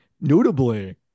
notably